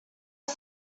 are